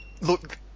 look